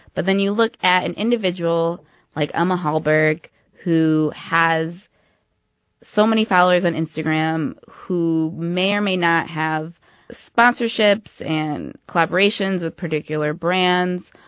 but then you look at an individual like emma hallberg who has so many followers on instagram, who may or may not have sponsorships and collaborations with particular brands.